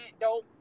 dope